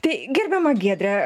tai gerbiama giedre